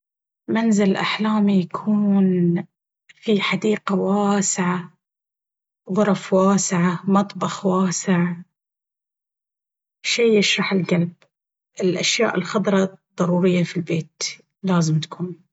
منزل أحلامي يكون في حديقة واسعة غرف واسعة مطبخ واسع شي يشرح القلب... الاشياء الخضرة ضرورية في البيت لازم تكون.